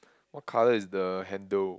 what color is the handle